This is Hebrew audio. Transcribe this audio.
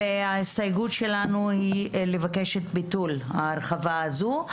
ההסתייגות שלנו היא לבקש את ביטול ההרחבה הזו.